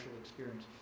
experience